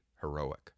heroic